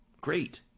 great